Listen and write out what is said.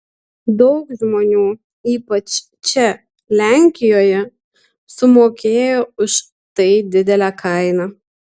daug žmonių ypač čia lenkijoje sumokėjo už tai didelę kainą